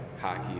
hockey